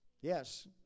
Yes